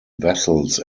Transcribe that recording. vessels